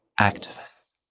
activists